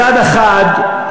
מצד אחד,